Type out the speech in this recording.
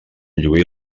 lluir